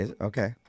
Okay